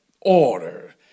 order